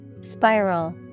Spiral